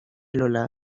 lola